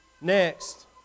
Next